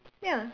ya